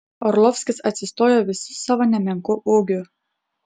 orlovskis atsistojo visu savo nemenku ūgiu